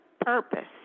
purpose